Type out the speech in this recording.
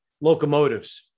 locomotives